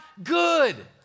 Good